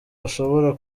ashobora